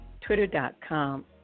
twitter.com